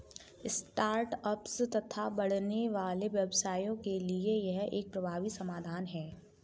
start ups तथा बढ़ने वाले व्यवसायों के लिए यह एक प्रभावी समाधान है